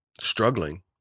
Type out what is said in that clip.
struggling